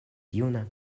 juna